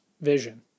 vision